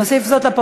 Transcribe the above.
בבקשה.